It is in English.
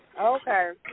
Okay